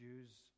Jews